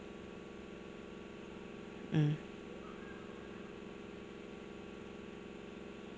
mm